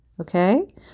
okay